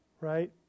right